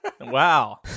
Wow